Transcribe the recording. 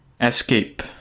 Escape